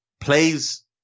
Plays